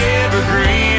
evergreen